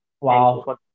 Wow